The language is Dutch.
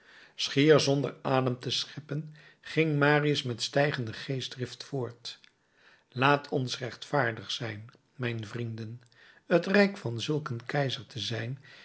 schier zonder adem te scheppen ging marius met stijgende geestdrift voort laat ons rechtvaardig zijn mijn vrienden het rijk van zulk een keizer te zijn